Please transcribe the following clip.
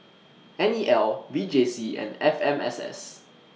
N E L V J C and F M S S